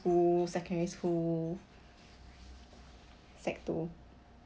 school secondary school sec two